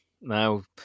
now